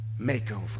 makeover